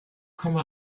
komme